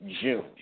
June